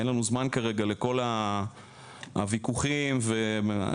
אין לנו זמן כרגע לכל הוויכוחים ומשחקים